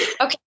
okay